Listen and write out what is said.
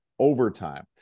overtime